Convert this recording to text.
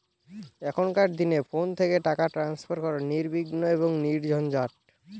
এখনকার দিনে ফোন থেকে টাকা ট্রান্সফার করা নির্বিঘ্ন এবং নির্ঝঞ্ঝাট